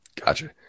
Gotcha